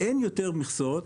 אין יותר מכסות,